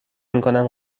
میکنم